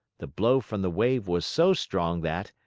the blow from the wave was so strong that,